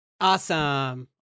Awesome